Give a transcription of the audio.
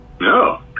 No